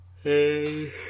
Hey